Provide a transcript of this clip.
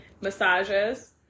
massages